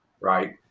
right